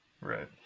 Right